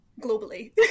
globally